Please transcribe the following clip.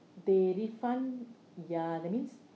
they refund ya that means